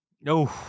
no